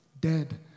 dead